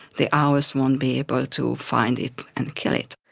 the owls won't be able to find it and kill it.